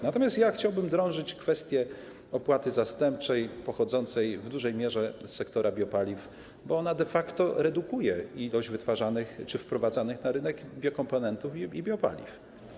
Natomiast chciałbym drążyć kwestię opłaty zastępczej pochodzącej w dużej mierze z sektora biopaliw, bo ona de facto redukuje ilość wytwarzanych czy wprowadzanych na rynek biokomponentów i biopaliw.